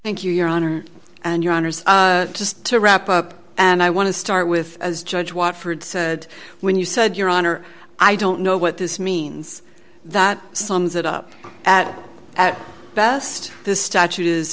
for thank you your honor and your honors just to wrap up and i want to start with as judge watford said when you said your honor i don't know what this means that sums it up at at best this statute is